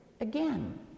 again